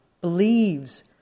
believes